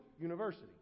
university